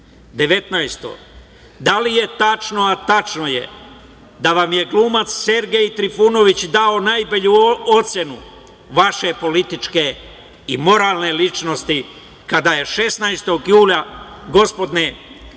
– da li je tačno, a tačno je, da vam je glumac Sergej Trifunović dao najbolju ocenu vaše političke i moralne ličnosti kada je 16. juna 2020.